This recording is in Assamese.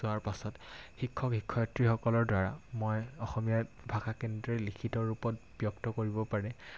যোৱাৰ পাছত শিক্ষক শিক্ষয়িত্ৰীসকলৰ দ্বাৰা মই অসমীয়া ভাষা কেন্দ্ৰে লিখিত ৰূপত ব্যক্ত কৰিব পাৰে